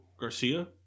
Garcia